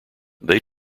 they